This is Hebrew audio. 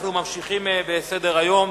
אנחנו ממשיכים בסדר-היום.